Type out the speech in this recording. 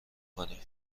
کنیم